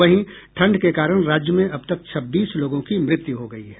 वहीं ठंड के कारण राज्य में अब तक छब्बीस लोगों की मृत्यु हो गयी है